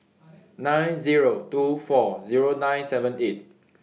nine Zero two four Zero nine seven eight